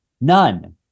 none